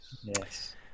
Yes